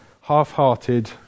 half-hearted